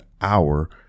hour